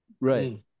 right